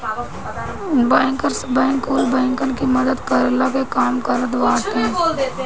bankers bank कुल बैंकन की मदद करला के काम करत बाने